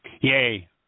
Yay